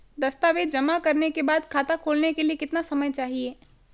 दस्तावेज़ जमा करने के बाद खाता खोलने के लिए कितना समय चाहिए?